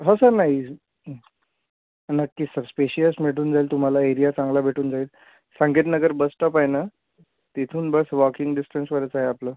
हो सर नाही नक्कीच सर स्पेशिअस भेटून जाईल तुम्हाला एरिया चांगला भेटून जाईल संकेत नगर बसस्टॉप आहे ना तिथून बस वॉकिंग डिस्टन्सवरच आहे आपलं